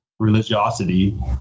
religiosity